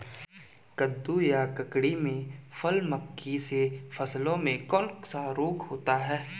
कद्दू या ककड़ी में फल मक्खी से फलों में कौन सा रोग होता है?